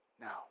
now